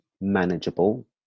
manageable